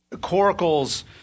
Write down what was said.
Coracle's